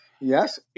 Yes